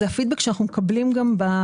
זה גם הפידבק שאנחנו מקבלים מהציבור.